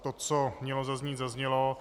To, co mělo zaznít, zaznělo.